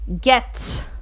get